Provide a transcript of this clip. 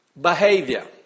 behavior